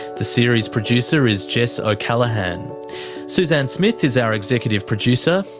the series producer is jess o'callaghan, and suzanne smith is our executive producer.